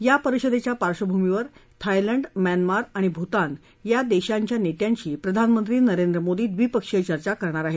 या परिषदेच्या पार्श्वभूमीवर थायलंड म्यानमार आणि भूतान या देशांच्या नेत्यांशी प्रधानमंत्री नरेंद्र मोदी द्विपक्षीय चर्चा करणार आहेत